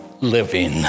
living